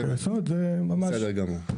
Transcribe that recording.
בסדר גמור,